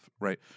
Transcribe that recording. right